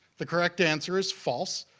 the correct answer is false.